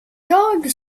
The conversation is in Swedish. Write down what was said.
jag